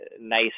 nice